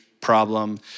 problem